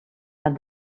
and